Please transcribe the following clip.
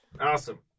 Awesome